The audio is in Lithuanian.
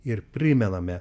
ir primename